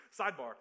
Sidebar